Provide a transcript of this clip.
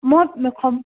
মই